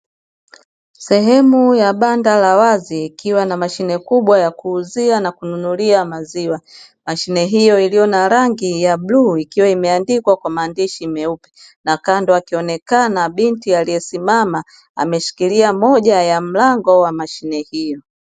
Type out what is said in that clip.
Sehemu la banda la wazi ikiwa na mashine kubwa ya kuuzia na kununulia maziwa, Mashine hiyo iliyo na rangi ya bluu ikiwa imeandikwa kwa maandishi meupe na kando akionekana binti aliyesimama ameshikilia moja ya mlango wa mashine hiyo.